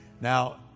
Now